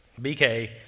BK